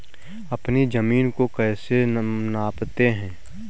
अपनी जमीन को कैसे नापते हैं?